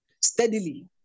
steadily